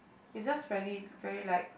it's just really very like